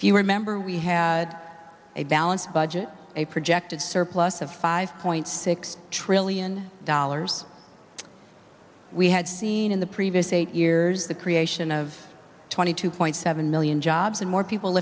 if you remember we had a balanced budget a projected surplus of five point six trillion dollars we had seen in the previous eight years the creation of twenty two point seven million jobs and more people